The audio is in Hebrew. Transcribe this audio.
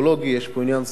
יש פה עניין סביבתי,